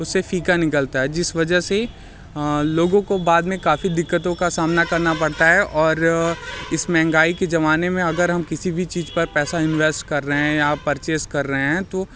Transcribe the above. उससे फीका निकलता है जिस वजह से लोगों को बाद में काफ़ी दिक़्क़तों का सामना करना पड़ता है और इस महंगाई के ज़माने में अगर हम किसी भी चीज़ पर पैसा इन्वेस्ट कर रहे हैं या परचेस कर रहे हैं तो